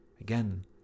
Again